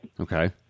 Okay